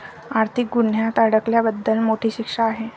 आर्थिक गुन्ह्यात अडकल्याबद्दल मोठी शिक्षा आहे